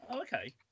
Okay